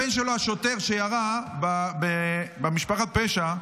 הבן שלו, השוטר שירה במשפחת הפשע והרג,